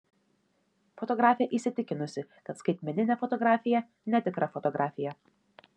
fotografė įsitikinusi kad skaitmeninė fotografija netikra fotografija